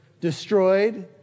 destroyed